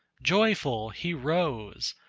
joyful he rose,